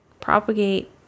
propagate